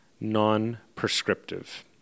non-prescriptive